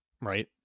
right